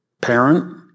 Parent